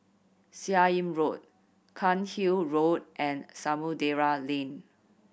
Seah Im Road Cairnhill Road and Samudera Lane